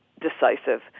decisive